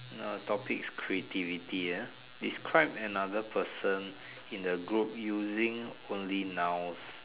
Now the topic is creativity ah describe another person in the group using only nouns